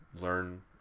learn